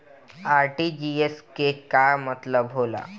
RTGS के का मतलब होला?